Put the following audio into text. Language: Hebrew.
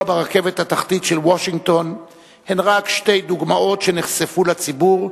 ברכבת התחתית של וושינגטון הם רק שתי דוגמאות שנחשפו לציבור,